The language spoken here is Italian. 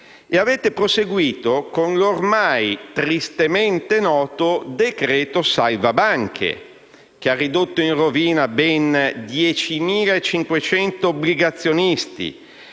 E avete proseguito con l'ormai tristemente noto decreto salva banche, che ha ridotto in rovina ben 10.500 obbligazionisti,